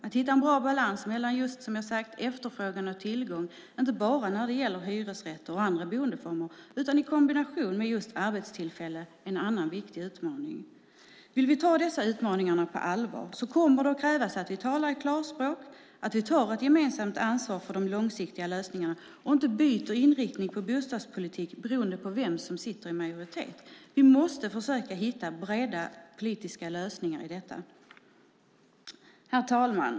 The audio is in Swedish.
Att hitta en bra balans mellan just efterfrågan och tillgång, inte bara när det gäller hyresrätter och andra boendeformer utan i kombination med arbetstillfällen, är en annan viktig utmaning. Vill vi ta dessa utmaningar på allvar kommer det att krävas att vi talar klarspråk och tar ett gemensamt ansvar för de långsiktiga lösningarna och inte byter inriktning i bostadspolitiken beroende på vem som sitter i majoritet. Vi måste försöka hitta breda politiska lösningar. Herr talman!